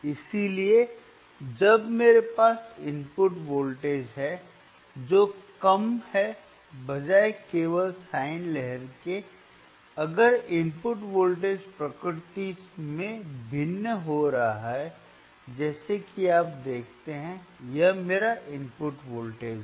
इसलिए जब मेरे पास इनपुट वोल्टेज है जो कम है बजाय केवल साइन लहर केअगर इनपुट वोल्टेज प्रकृति में भिन्न हो रहा है जैसे कि आप देखते हैं यह मेरा इनपुट वोल्टेज है